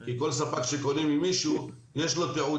כי כל ספק שקונה ממישהו יש לו תיעוד